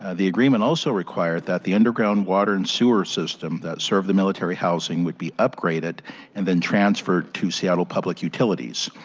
ah the agreement also required that the underground water and sewer system that served the military housing would be upgraded and transferred to seattle public utilities.